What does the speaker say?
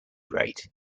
rate